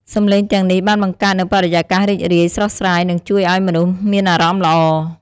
សំឡេងទាំងនេះបានបង្កើតនូវបរិយាកាសរីករាយ ស្រស់ស្រាយ និងជួយឱ្យមនុស្សមានអារម្មណ៍ល្អ។